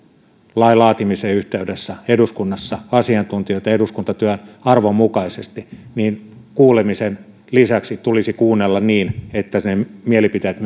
lain laatimisen yhteydessä eduskunnassa asiantuntijoita eduskuntatyön arvon mukaisesti niin kuulemisen lisäksi tulisi kuunnella niin että ne mielipiteet